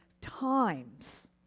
times